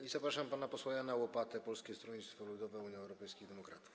I zapraszam pana posła Jana Łopatę, Polskie Stronnictwo Ludowe - Unia Europejskich Demokratów.